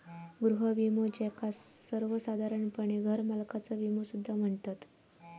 गृह विमो, ज्याका सर्वोसाधारणपणे घरमालकाचा विमो सुद्धा म्हणतत